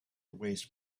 waste